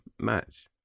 match